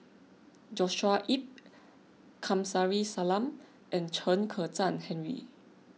Joshua Ip Kamsari Salam and Chen Kezhan Henri